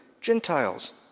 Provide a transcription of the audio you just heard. Gentiles